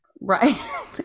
right